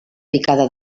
picada